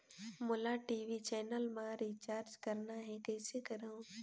मोला TV channel मा recharge करना हे, कइसे करहुँ?